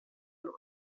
loro